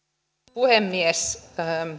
puhemies